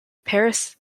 paris